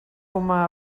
humà